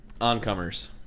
Oncomers